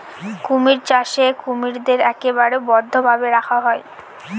কুমির চাষে কুমিরদের একেবারে বদ্ধ ভাবে রাখা হয়